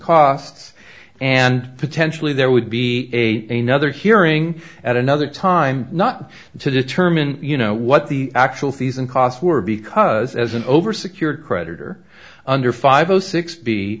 costs and potentially there would be a a nother hearing at another time not to determine you know what the actual fees and costs were because as an over secure creditor under five o six b